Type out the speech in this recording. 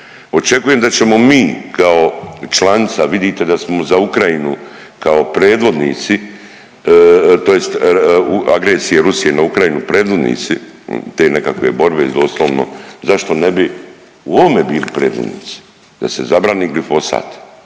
Očekujem da ćemo mi kao članica, vidite smo za Ukrajinu kao predvodnici, tj. u agresiji Rusije na Ukrajine predvodnici te nekakve borbe, doslovno, zašto ne bi u ovome bili predvodnici, da se zabrani glifosat?